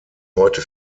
heute